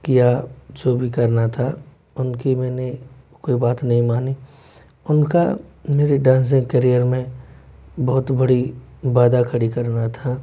किया जो भी करना था उनकी मैंने कोई बात नहीं मानी उनका मेरे डांसिंग करियर में बहुत बड़ी बाधा खड़ी करना था